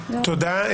תודה.